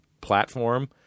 platform